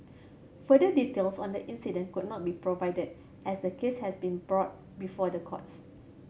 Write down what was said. further details on the incident could not be provided as the case has been brought before the courts